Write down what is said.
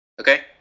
Okay